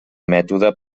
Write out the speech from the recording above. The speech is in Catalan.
mètode